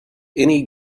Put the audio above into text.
any